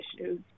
issues